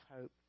hope